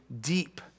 deep